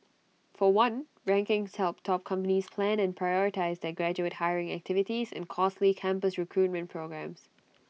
for one rankings help top companies plan and prioritise their graduate hiring activities and costly campus recruitment programmes